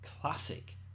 classic